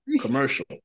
commercial